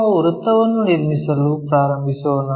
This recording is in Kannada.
ನಾವು ವೃತ್ತವನ್ನು ನಿರ್ಮಿಸಲು ಪ್ರಾರಂಭಿಸೋಣ